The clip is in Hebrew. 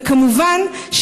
וכמובן,